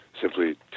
simply